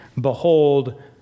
behold